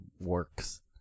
works